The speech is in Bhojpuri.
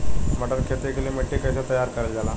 मटर की खेती के लिए मिट्टी के कैसे तैयार करल जाला?